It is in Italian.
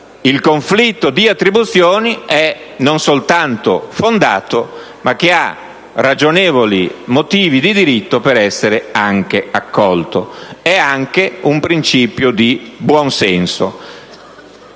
il conflitto di attribuzioni è non soltanto fondato, ma ha ragionevoli motivi di diritto per essere anche accolto. È anche un principio di buonsenso: